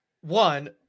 one